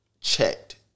checked